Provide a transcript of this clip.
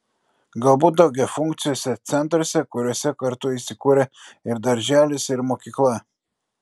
galbūt daugiafunkciuose centruose kuriuose kartu įsikūrę ir darželis ir mokykla